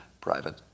private